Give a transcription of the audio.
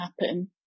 happen